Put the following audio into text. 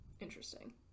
Interesting